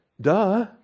duh